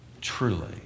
Truly